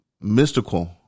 Mystical